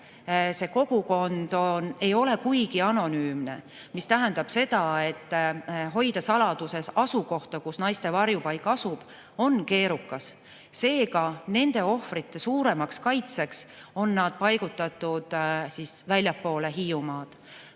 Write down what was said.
kogukond ei ole kuigi anonüümne. See tähendab seda, et hoida saladuses asukohta, kus naiste varjupaik asub, on keerukas. Seega, nende ohvrite suuremaks kaitseks on nad paigutatud väljapoole Hiiumaad.